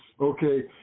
Okay